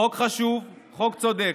חוק חשוב, חוק צודק.